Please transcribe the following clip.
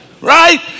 right